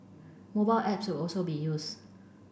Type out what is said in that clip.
mobile apps will also be used